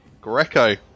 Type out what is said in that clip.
Greco